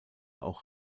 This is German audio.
auch